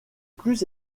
plus